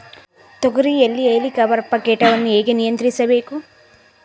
ತೋಗರಿಯಲ್ಲಿ ಹೇಲಿಕವರ್ಪ ಕೇಟವನ್ನು ಹೇಗೆ ನಿಯಂತ್ರಿಸಬೇಕು?